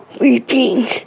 weeping